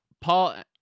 Paul